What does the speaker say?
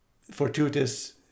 fortuitous